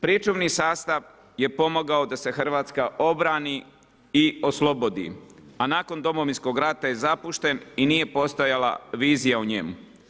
Pričuvani sastav je pomogao da se Hrvatska obrani i oslobodi a nakon Domovinskog rata je zapušten i nije postojala vizija o njemu.